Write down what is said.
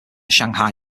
shanghai